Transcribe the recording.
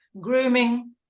grooming